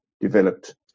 developed